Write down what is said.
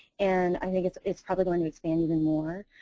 and i mean think it's it's probably going to expand even more.